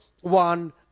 one